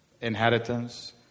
Inheritance